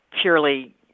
purely